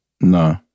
No